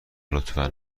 لطفا